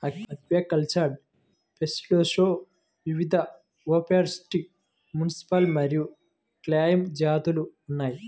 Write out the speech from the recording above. aquacultured షెల్ఫిష్లో వివిధఓస్టెర్, mussel మరియు క్లామ్ జాతులు ఉన్నాయి